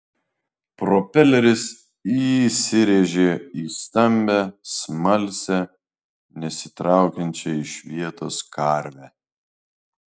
propeleris įsirėžė į stambią smalsią nesitraukiančią iš vietos karvę